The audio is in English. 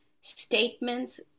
statements